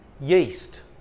yeast